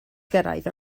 gyrraedd